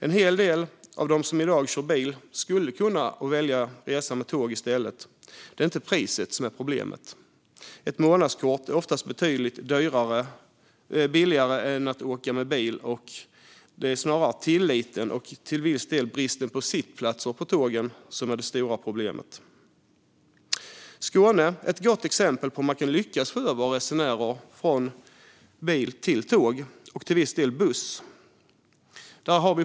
En hel del av dem som i dag kör bil skulle kunna välja att resa med tåg i stället. Det är inte priset som är problemet, för ett månadskort är oftast betydligt billigare än att åka bil. Det är snarare tilliten och till viss del bristen på sittplatser som är det stora problemet. Skåne är ett gott exempel på hur man kan lyckas få över resenärer från bil till tåg och till viss del buss.